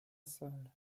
salle